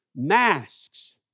Masks